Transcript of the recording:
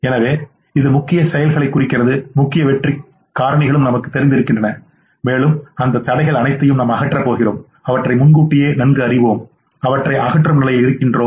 எனவே இது முக்கிய செயல்களைக் குறிக்கிறது முக்கிய வெற்றிக் காரணிகளும் நமக்குத் தெரிந்திருக்கின்றன மேலும் அந்த தடைகள் அனைத்தையும் நாம் அகற்றப் போகிறோம் அவற்றை முன்கூட்டியே நன்கு அறிவோம் அவற்றை அகற்றும் நிலையில் இருக்கிறோம்